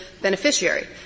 beneficiary